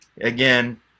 Again